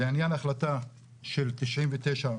לעניין ההחלטה של 99',